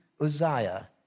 Uzziah